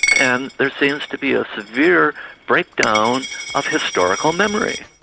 and there seems to be a severe breakdown of historical memory.